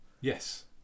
Yes